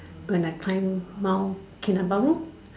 when I climb Mount-Kinabalu